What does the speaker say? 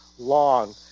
Long